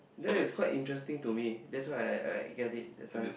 that's quite interesting to me that's why I I get it that time